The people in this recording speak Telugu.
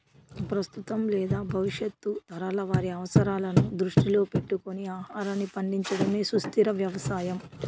ప్రస్తుతం లేదా భవిష్యత్తు తరాల వారి అవసరాలను దృష్టిలో పెట్టుకొని ఆహారాన్ని పండించడమే సుస్థిర వ్యవసాయం